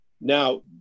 Now